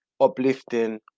uplifting